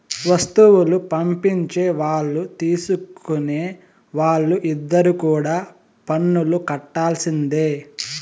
వస్తువులు పంపించే వాళ్ళు తీసుకునే వాళ్ళు ఇద్దరు కూడా పన్నులు కట్టాల్సిందే